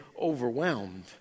overwhelmed